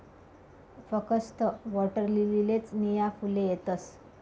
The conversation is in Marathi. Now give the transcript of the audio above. फकस्त वॉटरलीलीलेच नीया फुले येतस